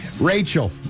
Rachel